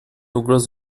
угроза